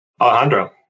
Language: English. Alejandro